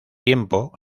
tiempo